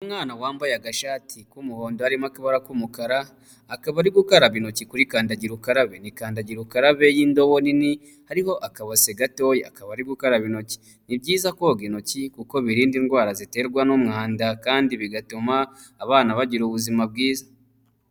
Umwana wambaye agashati k'umuhondo harimo akabara k'umukara akaba ari gukaraba intoki kuri kandagira ukarabe ni kandagira ukarabe y'indobo nini hariho akabose gatoya akaba ari gukaraba intoki, ni byiza koga intoki kuko birinda indwara ziterwa n'umwanda kandi bigatuma abana bagira ubuzima bwiza.